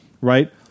right